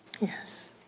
Yes